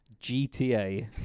gta